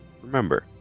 Remember